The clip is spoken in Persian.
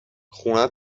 خونه